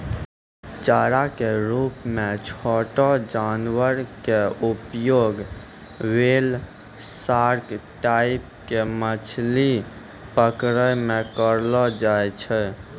चारा के रूप मॅ छोटो जानवर के उपयोग व्हेल, सार्क टाइप के मछली पकड़ै मॅ करलो जाय छै